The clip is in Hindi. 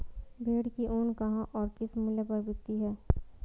भेड़ की ऊन कहाँ और किस मूल्य पर बिकती है?